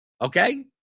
okay